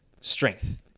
strength